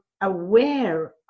aware